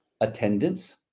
attendance